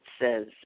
says